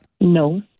No